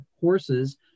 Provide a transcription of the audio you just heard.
horses